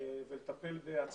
טיפול בשיטפונות, בהצפות,